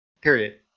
Period